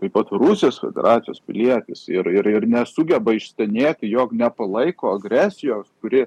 taip pat rusijos federacijos pilietis ir ir ir nesugeba išstenėti jog nepalaiko agresijos kuri